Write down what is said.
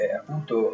appunto